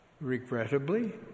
Regrettably